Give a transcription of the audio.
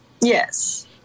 Yes